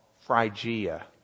Phrygia